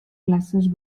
places